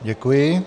Děkuji.